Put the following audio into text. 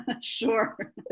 Sure